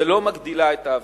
ולא מגדילה את האבטלה.